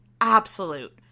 absolute